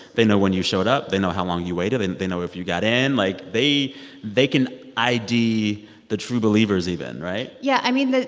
they know when you showed up. they know how long you waited, and they know if you got in. like, they they can id the true believers even, right? yeah, i mean,